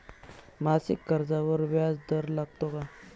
मासिक कर्जावर व्याज दर लागतो का?